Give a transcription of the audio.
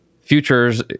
futures